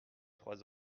trois